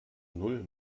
null